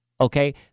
Okay